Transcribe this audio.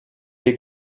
est